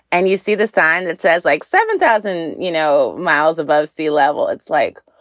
and you see the sign that says like seven thousand you know miles above sea level, it's like,